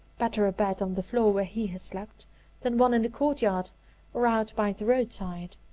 better a bed on the floor where he has slept than one in the court-yard or out by the roadside.